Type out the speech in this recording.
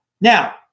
Now